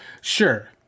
sure